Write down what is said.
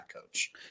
coach